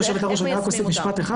בראש ועדת הפנים והגנת הסביבה של הכנסת.